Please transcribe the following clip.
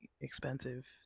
expensive